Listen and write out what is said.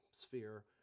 sphere